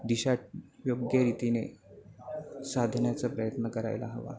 दिशा योग्य रीतीने साधण्याचा प्रयत्न करायला हवा